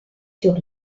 sur